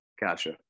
Gotcha